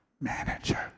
manager